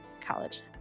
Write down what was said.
college